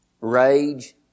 rage